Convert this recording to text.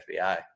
FBI